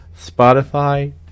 Spotify